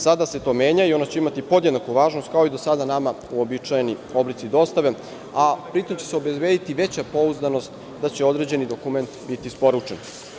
Sada se to menja i ona će imati podjednaku važnost kao i do sada nama uobičajeni oblici dostave, a pri tom će se obezbediti veća pouzdanost da će određeni dokument biti isporučen.